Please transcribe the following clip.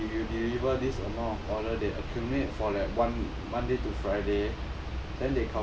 if you deliver this amount of order they accumulate for that [one] monday to friday